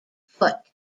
foot